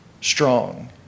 strong